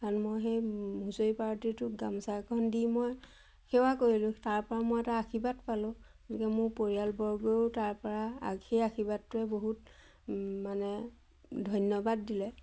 কাৰণ মই সেই হুঁচৰি পাৰ্টিটোক গামোচা এখন দি মই সেৱা কৰিলোঁ তাৰপৰা মই এটা আশীৰ্বাদ পালোঁ গতিকে মোৰ পৰিয়ালবৰ্গয়েও তাৰপৰা সেই আশীৰ্বাদটোৱে বহুত মানে ধন্যবাদ দিলে